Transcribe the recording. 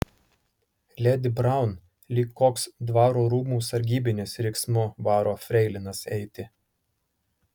ledi braun lyg koks dvaro rūmų sargybinis riksmu varo freilinas eiti